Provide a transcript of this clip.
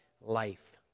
life